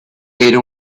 era